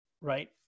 Right